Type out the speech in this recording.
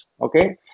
okay